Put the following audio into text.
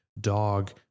dog